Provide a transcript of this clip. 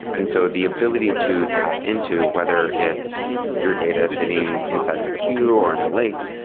and so the ability to tap into whether it's your data sitting inside of a queue or on a lake,